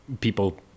people